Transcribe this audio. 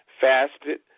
fasted